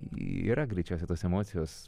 yra greičiausiai tos emocijos